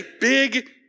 big